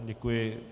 Děkuji.